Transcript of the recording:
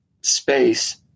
space